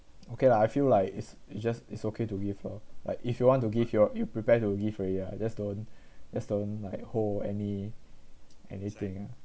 okay lah I feel like is it's just it's okay to give uh like if you want to give you're you prepare to give already ah just don't just don't like hold any anything